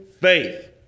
faith